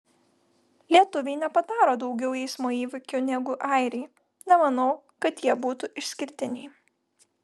lietuviai nepadaro daugiau eismo įvykių negu airiai nemanau kad jie būtų išskirtiniai